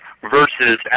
versus